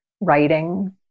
writing